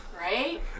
Right